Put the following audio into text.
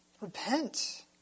Repent